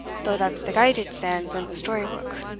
though that's the gait it stands in the story-buick